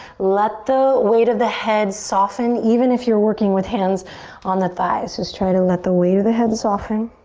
let the weight of the head soften. even if you're working with hands on the thighs. just try to let the weight of the head soften.